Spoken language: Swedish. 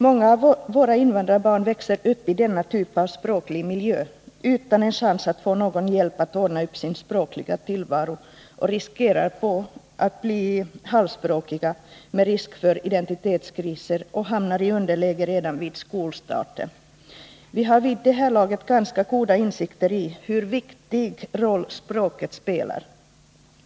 Många av våra invandrarbarn växer upp i denna typ av språklig miljö utan en chans att få någon hjälp att ordna upp sin språkliga tillvaro. De riskerar att bli halvspråkiga och råka ut för identitetskriser, och de hamnar i underläge redan vid skolstarten. Vi har vid det här laget ganska goda insikter i hur viktig roll språket spelar.